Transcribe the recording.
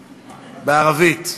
בערבית,